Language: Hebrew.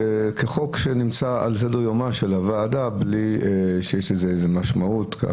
כחוק שנמצא על סדר יומה של הוועדה בלי שיש לזה משמעות.